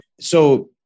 So-